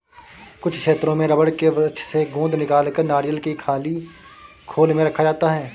कुछ क्षेत्रों में रबड़ के वृक्ष से गोंद निकालकर नारियल की खाली खोल में रखा जाता है